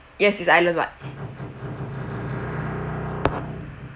yes it's what